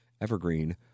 Evergreen